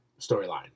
storyline